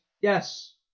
Yes